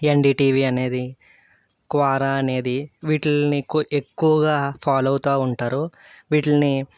ND TV అనేది Quora అనేది వీటిల్ని ఎక్కువ ఎక్కువగా ఫాలో అవుతూ ఉంటారు వీటిని